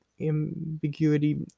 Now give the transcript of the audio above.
ambiguity